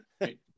right